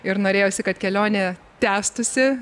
ir norėjosi kad kelionė tęstųsi